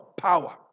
power